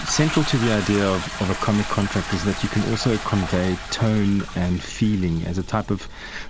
central to the idea of of a comic contract is that you can also convey tone and feeling as a type of